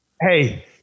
Hey